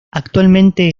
actualmente